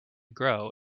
grow